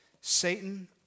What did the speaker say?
Satan